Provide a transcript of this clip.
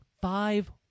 five